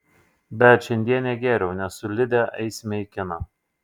bet šiandien negėriau nes su lide eisime į kiną